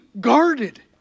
guarded